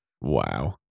Wow